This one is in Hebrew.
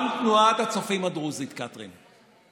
גם תנועת הצופים הדרוזים, קטרין.